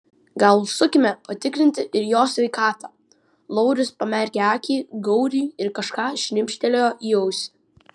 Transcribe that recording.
gal užsukime patikrinti ir jo sveikatą laurius pamerkė akį gauriui ir kažką šnibžtelėjo į ausį